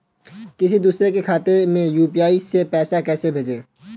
किसी दूसरे के खाते में यू.पी.आई से पैसा कैसे भेजें?